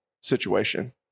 situation